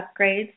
upgrades